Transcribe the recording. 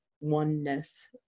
oneness